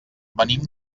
venim